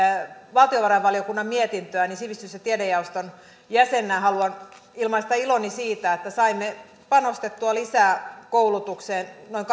valtiovarainvaliokunnan mietintöä niin sivistys ja tiedejaoston jäsenenä haluan ilmaista iloni siitä että saimme panostettua lisää koulutukseen noin